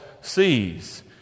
sees